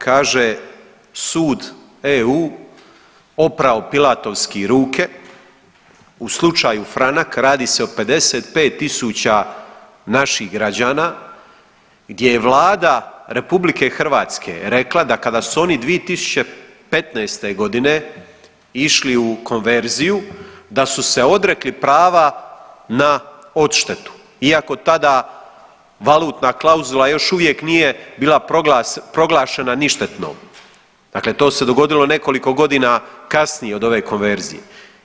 Kaže sud EU opravo pilatovski ruke u slučaju Franak, radi se o 55.000 naših građana gdje je Vlada RH rekla da kada su oni 2015.g. išli u konverziju da su se odrekli prava na odštetu iako tada valutna klauzula još uvijek nije bila proglašena ništetnom, dakle to se dogodilo nekoliko godina kasnije od ove konverzije.